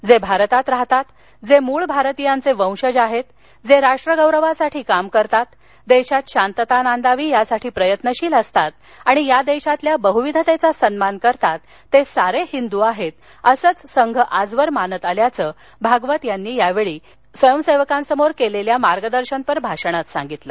जे भारतात राहतात जे मुळ भारतीयांचे वंशज आहेत जे राष्ट्र गौरवासाठी काम करतात देशात शांतता नांदावी यासाठी प्रयत्नशील असतात आणि या देशातील बहुविधतेचा सन्मान करतात ते सारे हिंदू आहेत असंच संघ आजवर मानत आल्याचं भागवत यांनी यावेळी संघ स्वयंसेवकांसमोर केलेल्या मार्गदर्शनपर भाषणात सांगितलं